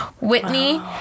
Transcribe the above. Whitney